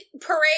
parade